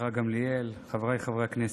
השרה גמליאל, חבריי חברי הכנסת,